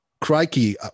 crikey